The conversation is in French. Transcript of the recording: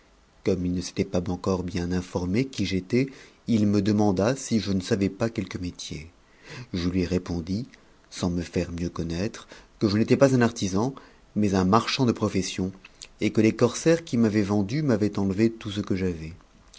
comme il ne s'était pas encore bien informé qui j'étais il me demanda si je ne savais pas quelque métier je lui répondis sans me faire mieux connattre que je n'étais pas un artisan mais un marchand de profession et que les corsaires qui m'avaient vendu m'avaient enlevé tout ce que j'avais